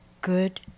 good